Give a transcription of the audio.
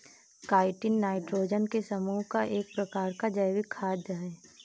chitin nitrogen के समूह का एक प्रकार का जैविक खाद है